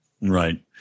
Right